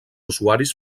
usuaris